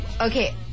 Okay